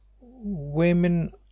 Women